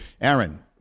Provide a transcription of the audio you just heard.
Aaron